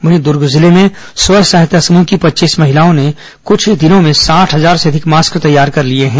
वहीं दुर्ग जिले में स्व सहायता समूह की पच्चीस महिलाओं ने कुछ ही दिनों में साठ हजार से अधिक मास्क तैयार कर लिया है